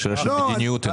זאת שאלה של מדיניות.